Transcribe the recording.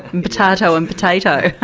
and potato and potato?